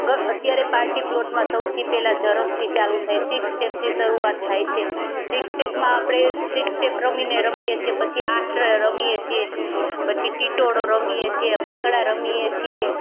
ઘ અત્યારે પાર્ટી પ્લોટમાં સૌથી પેલા ઝડપથી ચાલુ થાય સિક્સ સ્ટેપથી શરૂઆત થાય છે સિક્સ સ્ટેપમાં આપણે સિક્સ સ્ટેપ રમીને રમીએ છીએ પછી આઠ રમીએ છીએ પછી ટિટોળો રમીએ છીએ ભાંગળા રમીએ છીએ